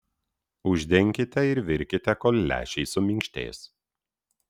uždenkite ir virkite kol lęšiai suminkštės